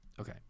Okay